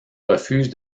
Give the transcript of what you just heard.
refuse